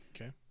Okay